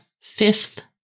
fifth